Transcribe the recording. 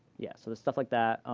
yeah. so there's stuff like that.